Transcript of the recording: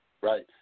right